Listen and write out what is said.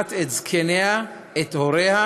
שזונחת את זקניה, את הוריה,